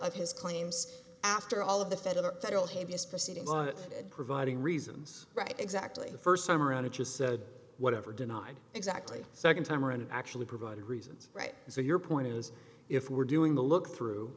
of his claims after all of the federal federal habeas proceeding or providing reasons right exactly first time around it just said whatever denied exactly second time around actually provided reasons right so your point is if we're doing the look through